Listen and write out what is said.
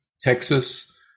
Texas